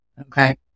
okay